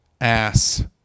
ass